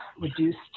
reduced